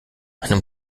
einem